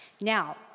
Now